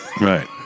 Right